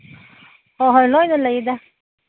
ꯍꯣꯏ ꯍꯣꯏ ꯂꯣꯏꯅ ꯂꯩꯗ